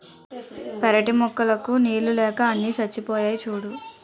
పెరటి మొక్కలకు నీళ్ళు లేక అన్నీ చచ్చిపోయాయి సూడూ